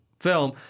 film